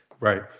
Right